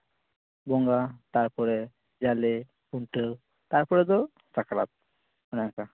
ᱵᱚᱸᱜᱟ ᱛᱟᱯᱚᱨᱮ ᱡᱟᱞᱮ ᱠᱷᱩᱱᱴᱟᱹᱣ ᱛᱟᱨᱯᱚᱨᱮ ᱫᱚ ᱥᱟᱠᱨᱟᱛ ᱚᱱᱮ ᱚᱝᱠᱟ